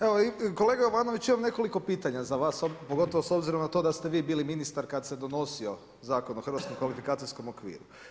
Evo kolega Jovanović imam nekoliko pitanja za vas pogotovo s obzirom na to da ste vi bili ministar kad se donosio Zakon o hrvatskom kvalifikacijskom okviru.